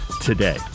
today